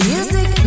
Music